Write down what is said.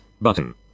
button